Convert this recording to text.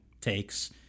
takes